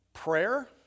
Prayer